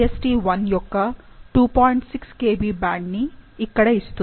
6 Kb బ్యాండ్ని ఇక్కడ ఇస్తుంది